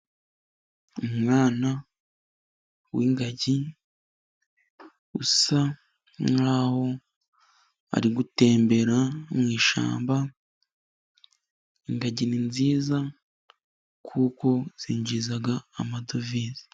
Umwana w'ingagi usa nkaho ari gutembera mushyamba, ingagi ni nziza kuko zinjiza amadovize.